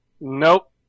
Nope